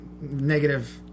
negative